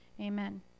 Amen